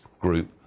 group